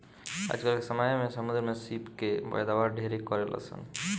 आजकल के समय में समुंद्र में सीप के पैदावार ढेरे करेलसन